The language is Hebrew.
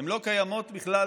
הן לא קיימות בכלל